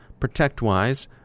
ProtectWise